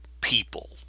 people